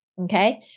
okay